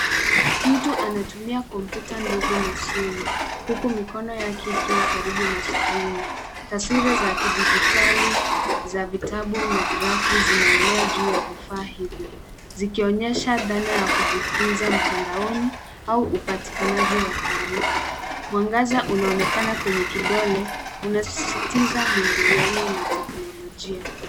Mtu anatumia kompyuta ndogo na simu huku mikono yake ikiwa karibu na skrini. Taswira za kidijitali za vitabu na grafu zinaelea juu ya vifaa hivyo zikionyesha dhana ya kujifunza mitandaoni au upatikanaji wa taarifa. Mwangaza unaonekana kwenye kidole unasisitiza mwingiliano na teknolojia.